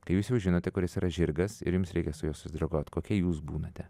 kai jūs jau žinote kuris yra žirgas ir jums reikia su juo susidraugaut kokia jūs būnate